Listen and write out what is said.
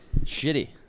Shitty